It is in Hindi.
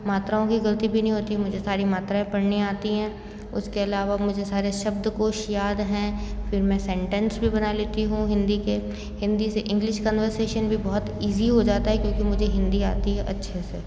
मात्राओं की भी गलती नहीं होती मुझे सारी मात्राएं पढ़नी आती हैं उसके अलावा मुझे सारे शब्दकोष याद हैं फिर मैं सेन्टेन्स भी बना लेती हूँ हिन्दी के हिन्दी से इंग्लिश कन्वर्सेशन बहुत ईज़ी हो जाता है क्योंकि मुझे हिन्दी आती है अच्छे से